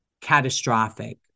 catastrophic